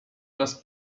raz